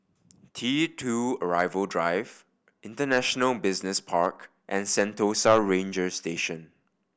T Two Arrival Drive International Business Park and Sentosa Ranger Station